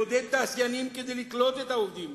לעודד תעשיינים כדי לקלוט את העובדים.